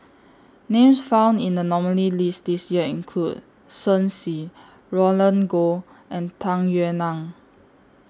Names found in The nominees' list This Year include Shen Xi Roland Goh and Tung Yue Nang